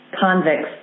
convicts